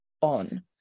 On